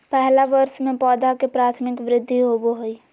पहला वर्ष में पौधा के प्राथमिक वृद्धि होबो हइ